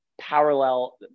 parallel